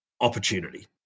opportunity